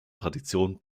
tradition